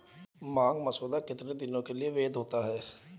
मांग मसौदा कितने दिनों के लिए वैध होता है?